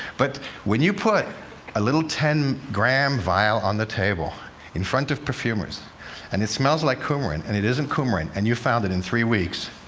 but when you put a little ten gram vial on the table in front of perfumers and it smells like coumarin, and it isn't coumarin, and you've found it in three weeks,